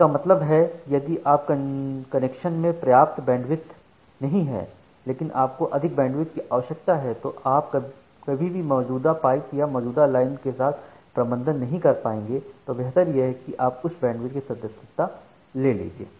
इसका क्या मतलब है कि यदि आपके कनेक्शन में पर्याप्त बैंडविड्थ नहीं है लेकिन आपको अधिक बैंडविड्थ की आवश्यकता है तो आप कभी भी मौजूदा पाइप या मौजूदा लाइन के साथ प्रबंधन नहीं कर पाएंगे तो बेहतर यह है कि आप उच्च बैंडविड्थ की सदस्यता ले लीजिए